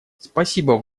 спасибо